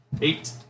Eight